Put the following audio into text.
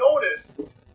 noticed